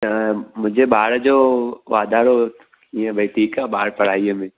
त मुंहिंजे ॿार जो वाधारो कीअं भाई ठीकु आहे ॿारु पढ़ाईअ में